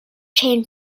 chain